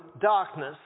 darkness